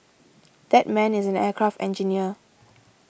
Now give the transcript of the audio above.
that man is an aircraft engineer